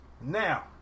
Now